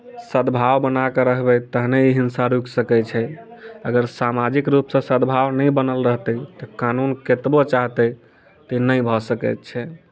सद्भाव बना कऽ रहबै तखने ई हिंसा रुकि सकैत छै अगर सामाजिक रूपसँ सद्भाव नहि बनल रहतै तऽ कानून कतबो चाहतै तऽ ई नहि भऽ सकैत छै